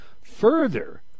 Further